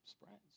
spreads